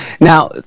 Now